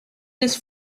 this